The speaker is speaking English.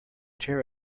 tear